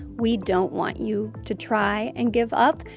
we don't want you to try and give up,